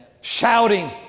shouting